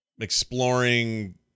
exploring